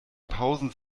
pausen